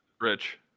Rich